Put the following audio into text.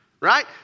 Right